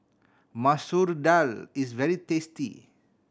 Masoor Dal is very tasty